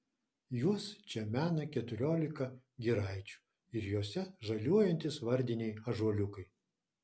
juos čia mena keturiolika giraičių ir jose žaliuojantys vardiniai ąžuoliukai